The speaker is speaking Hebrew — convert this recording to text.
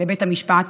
לבית המשפט.